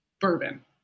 bourbon